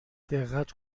دقت